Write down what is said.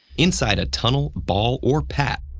inside a tunnel, ball, or pat,